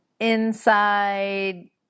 inside